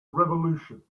revolution